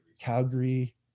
Calgary